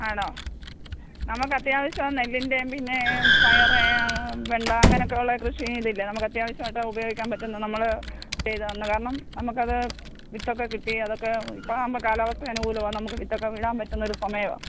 ആണോ നമുക്കത്യാവശ്യം നെല്ലിൻ്റെയും പിന്നെ പയറ് വെണ്ട അങ്ങനെയൊക്കെയുള്ള കൃഷിയിതില്ലേ നമുക്ക് അത്യാവശ്യമായിട്ട് ഉപയോഗിക്കാൻ പറ്റുന്ന നമ്മൾ ചെയ്തോന്ന് കാരണം നമുക്കത് വിത്തൊക്കെ കിട്ടി അതൊക്കെ ഇപ്പാകുമ്പോൾ കാലാവസ്ഥയും അനുകൂലമാണ് നമുക്ക് വിത്തൊക്കെ ഇടാൻ പറ്റുന്ന ഒരു സമയമാണ്